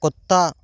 कुत्ता